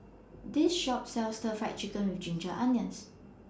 This Shop sells Stir Fried Chicken with Ginger Onions